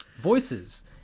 Voices